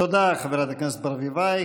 תודה, חברת הכנסת ברביבאי.